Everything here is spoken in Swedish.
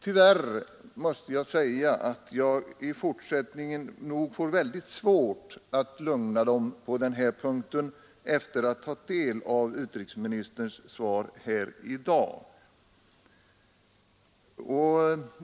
Tyvärr måste jag säga att jag i fortsättningen nog får väldigt svårt att lugna dem på den här punkten efter att ha tagit del av utrikesministerns svar i dag.